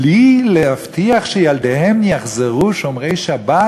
בלי להבטיח שילדיהם יחזרו שומרי שבת,